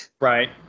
Right